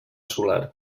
solar